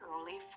early